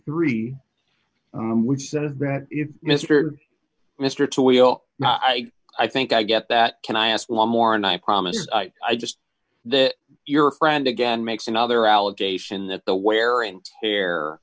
three which says that if mr mr toil i think i get that can i ask a lot more and i promise i i just that your friend again makes another allegation that the wear and tear